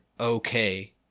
okay